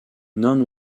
non